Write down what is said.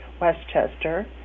Westchester